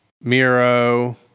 Miro